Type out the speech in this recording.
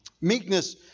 Meekness